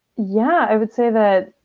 yeah, i would say that